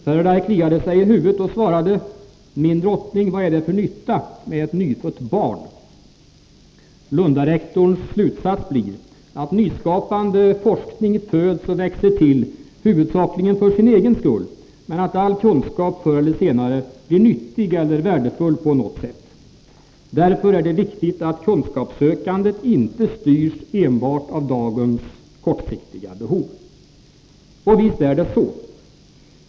Faraday kliade sig i huvudet och svarade: ”Min drottning, vad är det för nytta med ett nyfött barn?” Lundarektorns slutsats blir att nyskapande forskning föds och växer till huvudsakligen för sin egen skull, men att all kunskap förr eller senare blir nyttig eller värdefull på något sätt. Därför är det viktigt att kunskapssökandet inte styrs enbart av dagens kortsiktiga behov. Och visst är det så.